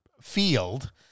field